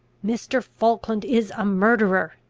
mr. falkland is a murderer!